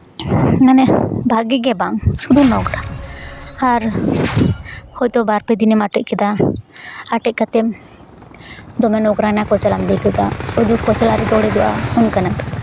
ᱢᱟᱱᱮ ᱵᱷᱟᱜᱮ ᱜᱮ ᱵᱟᱝ ᱥᱩᱫᱷᱩ ᱱᱳᱝᱨᱟ ᱟᱨ ᱦᱚᱭᱛᱳ ᱵᱟᱨᱯᱮ ᱫᱤᱱᱮᱢ ᱟᱴᱮᱫ ᱠᱮᱫᱟ ᱟᱴᱮᱫ ᱠᱟᱛᱮᱢ ᱫᱚᱢᱮ ᱱᱳᱝᱨᱟᱭᱱᱟ ᱠᱚᱪᱞᱟᱣ ᱮᱢ ᱤᱫᱤ ᱠᱮᱫᱟ ᱠᱚᱪᱞᱟᱣ ᱨᱮᱜᱮ ᱚᱲᱮᱡᱚᱜᱼᱟ ᱚᱱᱠᱟᱱᱟᱜ